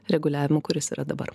reguliavimu kuris yra dabar